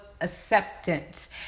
acceptance